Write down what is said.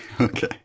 okay